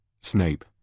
Snape